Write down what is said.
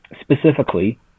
Specifically